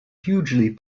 hugely